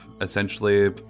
essentially